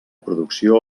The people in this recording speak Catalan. producció